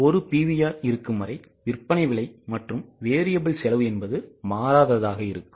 ஒரு PVR இருக்கும் வரை விற்பனை விலை மற்றும் variable செலவு என்பது மாறாததாக இருக்கும்